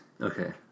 Okay